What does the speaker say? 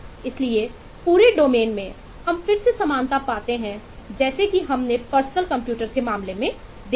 इसलिए पूरे डोमेन में हम फिर से समानता पाते हैं जैसा कि हमने पर्सनल कंप्यूटर के मामले में देखा